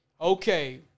Okay